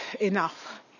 enough